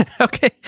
Okay